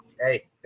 Hey